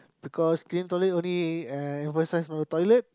because cleaning toilet only uh the toilet